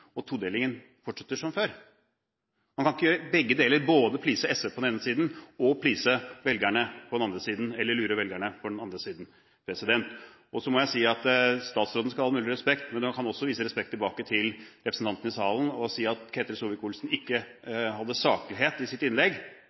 og todelingen fortsetter som før. Man kan ikke gjøre begge deler, både tilfredsstille SV på den ene siden og lure velgerne på den andre siden. Jeg må si at statsråden skal ha all mulig respekt, men han kan også vise respekt tilbake til representantene i salen. Å si at Ketil Solvik-Olsen ikke var saklig i sitt innlegg,